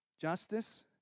justice